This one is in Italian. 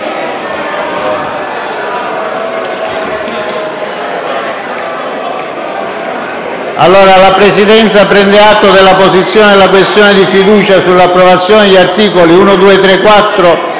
favore! La Presidenza prende atto della posizione della questione di fiducia sull'approvazione degli articoli 1, 2, 3, 4